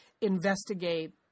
investigate